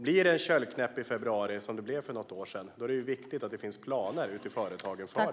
Blir det en köldknäpp i februari, som det blev för något år sedan, är det viktigt att det finns planer för detta ute i företagen.